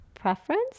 preference